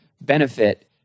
benefit